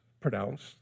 pronounced